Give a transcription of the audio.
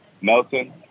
Melton